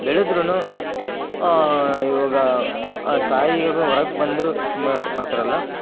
ಬೆಳೆದರೂ ಇವಾಗ ಆ ತಾಯಿ ಗರ್ಭದಿಂದ ಹೊರಗ್ಬಂದು ಮಾಡ್ತಾರಲ್ಲ